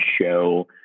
show